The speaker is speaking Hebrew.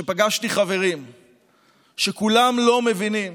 כשפגשתי חברים שכולם לא מבינים